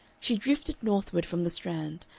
she drifted northward from the strand,